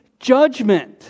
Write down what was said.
judgment